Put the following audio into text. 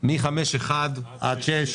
5.1 עד 6,